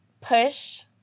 push